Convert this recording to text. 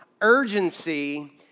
urgency